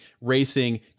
racing